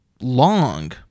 long